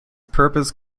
purpose